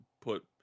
put